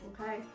okay